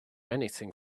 anything